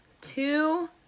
two